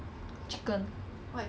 穿美美